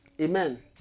Amen